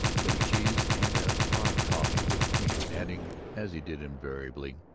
bit of cheese, and a pot of coffee with cream, adding, as he did invariably,